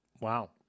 Wow